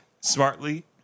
smartly